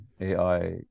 AI